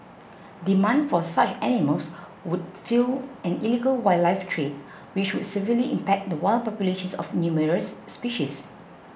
demand for such animals would fuel an illegal wildlife trade which would severely impact the wild populations of numerous species